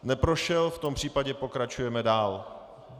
Neprošel, v tom případě pokračujeme dál.